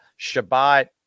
Shabbat